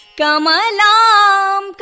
Kamalam